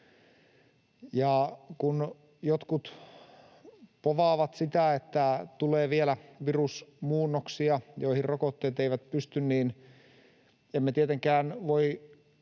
Kun jotkut povaavat sitä, että tulee vielä virusmuunnoksia, joihin rokotteet eivät pysty, niin emme tietenkään voi